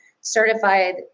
certified